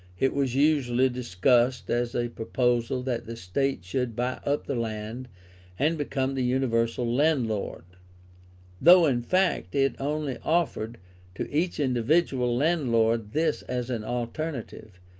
it was usually discussed as a proposal that the state should buy up the land and become the universal landlord though in fact it only offered to each individual landlord this as an alternative,